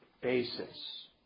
basis